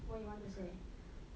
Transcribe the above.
what you want to say